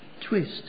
twist